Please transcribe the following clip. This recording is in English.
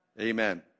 Amen